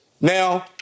Now